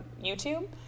YouTube